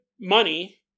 money